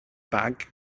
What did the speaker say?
bag